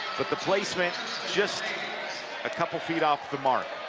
but the placement just a couple feet off the mark.